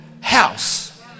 house